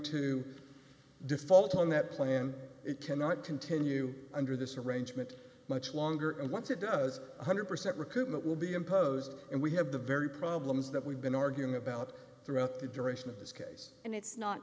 to default on that plan it cannot continue under this arrangement much longer and once it does one hundred percent recoup that will be imposed and we have the very problems that we've been arguing about throughout the duration of this case and it's not